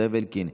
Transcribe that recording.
זאב אלקין,